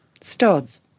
studs